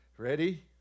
Ready